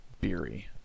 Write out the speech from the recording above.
beery